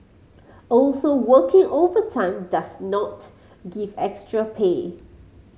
also working overtime does not give extra pay